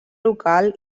local